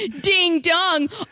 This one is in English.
Ding-dong